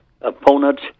opponents